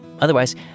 Otherwise